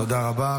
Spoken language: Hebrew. תודה רבה.